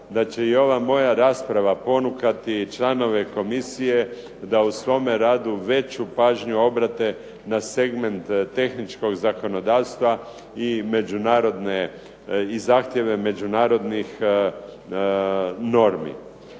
da će ova moja rasprava ponukati članove Komisije da u svome radu veću pažnju obrate na segment tehničkog zakonodavstva i zahtjeve međunarodnih normi.